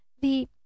The—